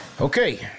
Okay